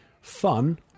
fun